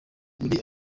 muri